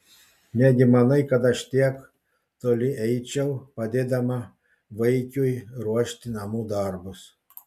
negi manai kad aš tiek toli eičiau padėdama vaikiui ruošti namų darbus